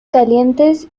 calientes